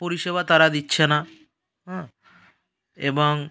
পরিষেবা তারা দিচ্ছে না হ্যাঁ এবং